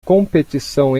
competição